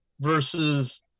versus